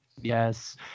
yes